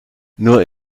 nur